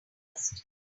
first